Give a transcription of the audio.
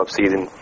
season